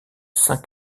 saint